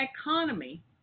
economy